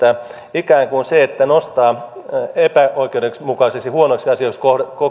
ikään kuin se että nostaa epäoikeudenmukaisiksi ja huonoiksi asioiksi